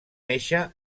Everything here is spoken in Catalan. néixer